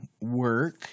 work